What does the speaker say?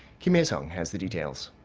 kim hyesung has the details.